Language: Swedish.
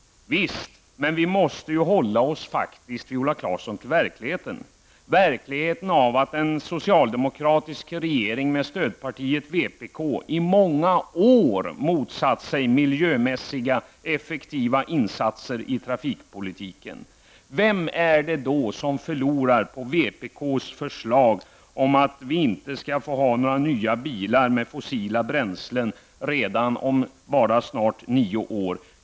Visst, men vi måste hålla oss till verkligheten, Viola Claesson. Verkligheten är den att en socialdemokratisk regering med stödpartiet vänsterpartiet i många år har motsatt sig miljömässiga effektiva insatser i trafikpolitiken. Vem är det då som förlorar på vänsterpartiets förslag om att vi inte skall få ha nya bilar med fossila bränslen om bara snart nio år?